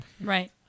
Right